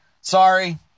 Sorry